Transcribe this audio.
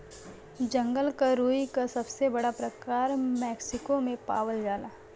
जंगल क रुई क सबसे बड़ा प्रकार मैक्सिको में पावल जाला